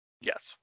Yes